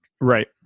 Right